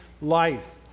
life